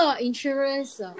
insurance